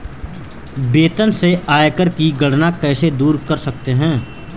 वेतन से आयकर की गणना कैसे दूर कर सकते है?